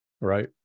Right